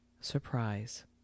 surprise